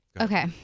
Okay